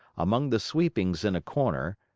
among the sweepings in a corner,